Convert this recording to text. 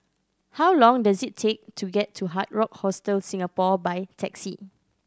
how long does it take to get to Hard Rock Hostel Singapore by taxi